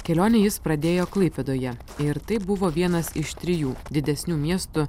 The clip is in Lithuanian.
kelionę jis pradėjo klaipėdoje ir tai buvo vienas iš trijų didesnių miestų